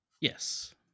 yes